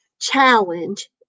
challenge